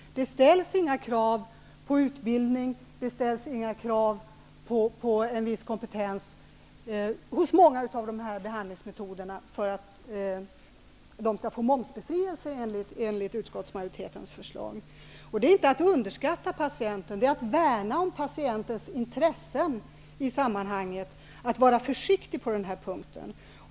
Det ställs inga krav på utbildning eller på en viss kompetens när det gäller många av dessa behandlingsmetoder för att de skall kunna bli momsbefriade enligt utskottsmajoritetens förslag. Det är inte att underskatta patienten, det är att värna om patientens intressen, att vara försiktig på denna punkt.